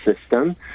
system